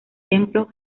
templo